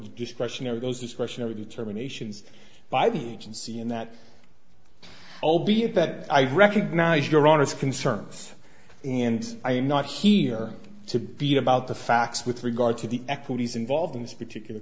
discretionary those discretionary determinations by the sea and that albeit that i recognize your honour's concerns and i am not here to be about the facts with regard to the equities involved in this particular